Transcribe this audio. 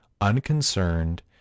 unconcerned